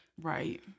Right